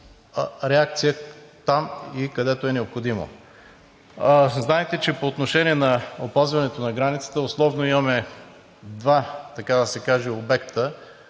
реакция там, където е необходимо. Знаете, че по отношение на опазването на границата условно имаме два, така да се каже, обекта.